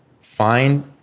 Find